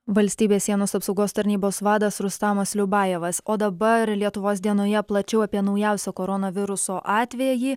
valstybės sienos apsaugos tarnybos vadas rustamas liubajevas o dabar lietuvos dienoje plačiau apie naujausią koronaviruso atvejį